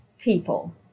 people